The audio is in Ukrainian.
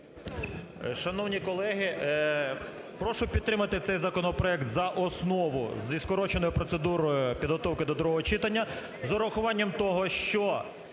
Шановні колеги! Прошу підтримати цей законопроект за основу зі скороченою процедурою підготовки до другого читання з врахуванням того, що